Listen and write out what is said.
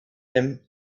him